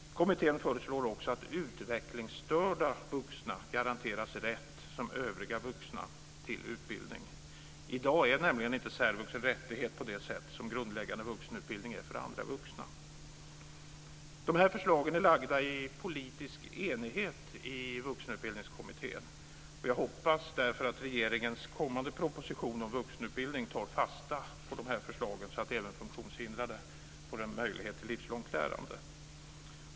Kommittén föreslår också att utvecklingsstörda vuxna ska garanteras rätt som övriga vuxna till utbildning. I dag är särvux nämligen inte en rättighet på det sätt som grundläggande vuxenutbildning är för andra vuxna. De här förslagen är framlagda i politisk enighet i Vuxenutbildningskommittén. Därför hoppas jag att regeringens kommande proposition om vuxenutbildning tar fasta på de här förslagen så att även funktionshindrade får möjlighet till livslångt lärande.